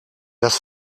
das